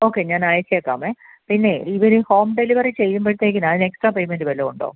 okay ഞാൻ അയച്ചേക്കാമെ പിന്നെ ഇവർ ഹോം ഡെലിവറി ചെയ്യുമ്പത്തേക്കിന് അതിന് എക്സ്ട്രാ പെയ്മൻറ്റ് വല്ലതും ഉണ്ടോ